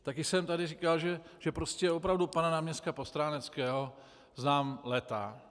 Taky jsem tady říkal, že opravdu pana náměstka Postráneckého znám léta.